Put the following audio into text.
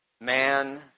Man